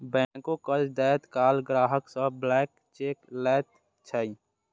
बैंको कर्ज दैत काल ग्राहक सं ब्लैंक चेक लैत छै